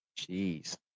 Jeez